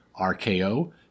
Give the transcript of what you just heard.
RKO